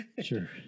Sure